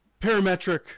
Parametric